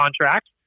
contract